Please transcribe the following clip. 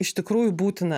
iš tikrųjų būtina